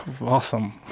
awesome